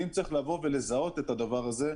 אם צריך לבוא ולזהות את הדבר הזה,